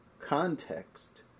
context